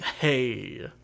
Hey